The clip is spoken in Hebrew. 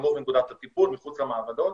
בסמוך לנקודת הטיפול מחוץ למעבדות,